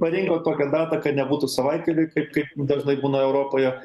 parinko tokią datą kad nebūtų savaitgaliui kaip kaip dažnai būna europoje